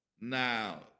Now